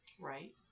right